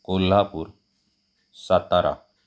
Kolhapur Satara